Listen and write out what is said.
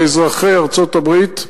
לאזרחי ארצות-הברית.